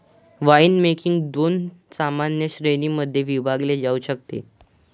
winemaking दोन सामान्य श्रेणीं मध्ये विभागले जाऊ शकते